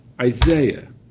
Isaiah